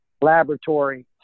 laboratory